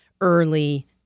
early